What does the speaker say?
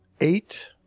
eight